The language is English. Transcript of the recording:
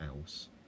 else